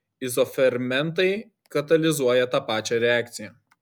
izofermentai katalizuoja tą pačią reakciją